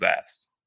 asked